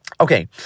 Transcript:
Okay